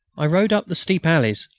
i rode up the steep alleys,